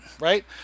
right